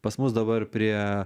pas mus dabar prie